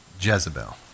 Jezebel